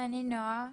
אני נועה,